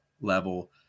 level